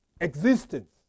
existence